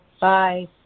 Bye